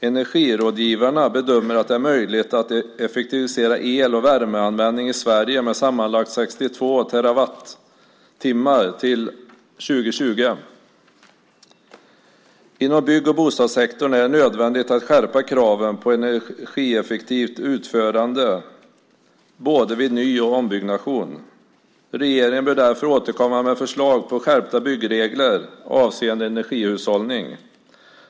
Energirådgivarna bedömer att det är möjligt att effektivisera el och värmeanvändning i Sverige med sammanlagt 62 terawattimmar till 2020. Inom bygg och bostadssektorn är det nödvändigt att skärpa kraven på energieffektivt utförande både vid ny och ombyggnation. Regeringen bör därför återkomma med förslag på skärpta byggregler avseende energihushållning.